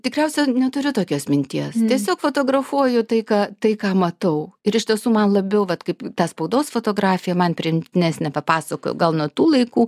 tikriausia neturiu tokios minties tiesiog fotografuoju tai ką tai ką matau ir iš tiesų man labiau vat kaip ta spaudos fotografija man priimtinesnė papasakojau gal nuo tų laikų